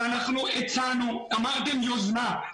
אמרתם יוזמה.